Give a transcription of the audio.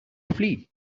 flee